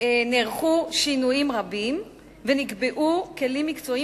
נערכו שינויים רבים ונקבעו כלים מקצועיים